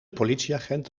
politieagent